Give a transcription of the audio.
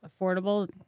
affordable